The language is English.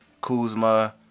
Kuzma